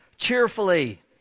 Cheerfully